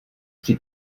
při